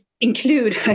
include